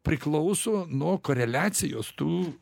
priklauso nuo koreliacijos tų